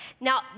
Now